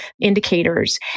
indicators